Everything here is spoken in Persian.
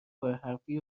پرحرفی